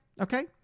okay